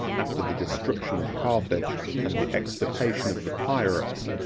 after the destruction of carthage, and the extirpation of the pirates,